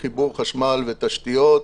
לחיבור חשמל ותשתיות.